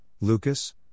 Lucas